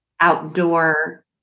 outdoor